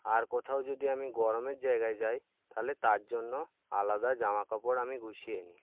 আর কোথাও যদি আমি গরমের জায়গায় যাই তাহলে তার জন্য আলাদা জামা কাপড় আমি গুছিয়ে নিই